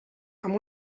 amb